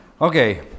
Okay